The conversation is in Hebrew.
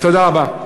תודה רבה.